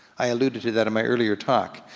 i alluded to that in my earlier talk.